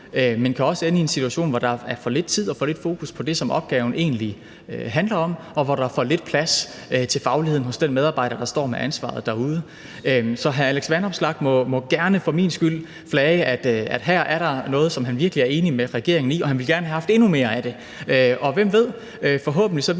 det kan også ende ud i en situation, hvor der er for lidt tid og for lidt fokus på det, som opgaven egentlig handler om, og hvor der er for lidt plads til fagligheden hos den medarbejder, der står med ansvaret derude. Så hr. Alex Vanopslagh må for min skyld gerne flage, at der her er noget, som han virkelig er enig med regeringen i, og at han gerne ville have haft endnu mere af det. Og hvem ved, forhåbentlig viser